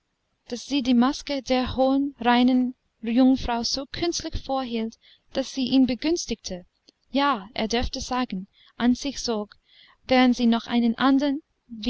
daß sie die maske der hohen reinen jungfrau so künstlich vorhielt daß sie ihn begünstigte ja er durfte sagen an sich zog während sie noch einen andern